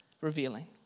revealing